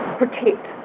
protect